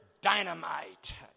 dynamite